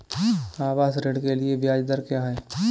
आवास ऋण के लिए ब्याज दर क्या हैं?